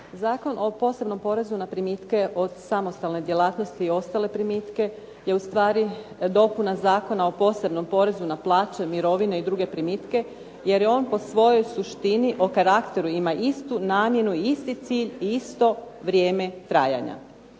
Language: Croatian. Zakon o posebnom porezu na primitke od samostalne djelatnosti i ostale primitke, je ustvari dopuna Zakona o posebnom porezu na plaće, mirovine i druge primitke, jer je on po svojoj suštini po karakteru ima istu namjenu i isti cilj i isto vrijeme trajanja.